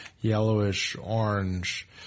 yellowish-orange